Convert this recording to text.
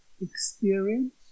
experience